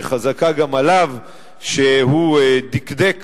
שחזקה גם עליו שהוא דקדק